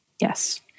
Yes